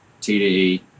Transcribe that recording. TDE